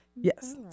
Yes